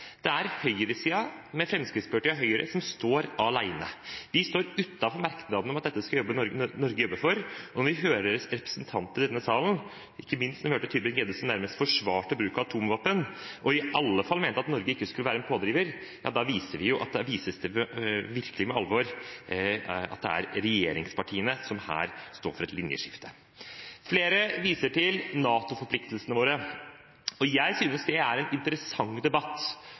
Det er høyresiden, med Fremskrittspartiet og Høyre, som står alene. De står utenfor merknadene om at dette skal Norge jobbe for. Når vi hører representanter i denne salen, ikke minst Tybring-Gjedde, nærmest forsvare bruk av atomvåpen og iallfall mene at Norge ikke skal være en pådriver, ja, da vises det virkelig for alvor at det er regjeringspartiene som her står for et linjeskifte. Flere viser til NATO-forpliktelsene våre. Jeg synes det er en interessant debatt,